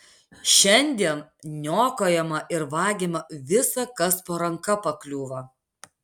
šiandien niokojama ir vagiama visa kas po ranka pakliūva